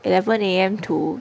eleven A_M to